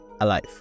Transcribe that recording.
Alive